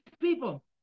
people